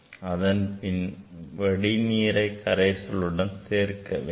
அதன்பின் வடி நீரை கரைசலுடன் சேர்க்க வேண்டும்